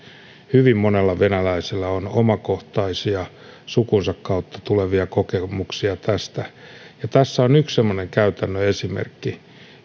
hyvin monella venäläisellä on omakohtaisia tai sukunsa kautta tulevia kokemuksia tästä tässä on yksi semmoinen käytännön esimerkki